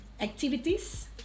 activities